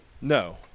No